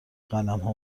قلمها